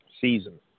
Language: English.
season